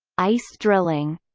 ice drilling